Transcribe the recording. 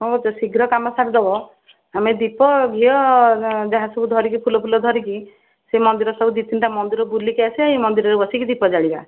କ'ଣ କହୁଛ ଶୀଘ୍ର କାମ ସାରିଦେବ ଆମେ ଦୀପ ଘିଅ ଯାହା ସବୁ ଧରିକି ଫୁଲ ଫୁଲ ଧରିକି ସେ ମନ୍ଦିର ସବୁ ଦୁଇ ତିନିଟା ମନ୍ଦିର ବୁଲିକି ଆସିବା ଏଇ ମନ୍ଦିରରେ ବସିକି ଦୀପ ଜାଳିବା